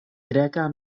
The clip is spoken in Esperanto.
greka